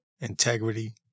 integrity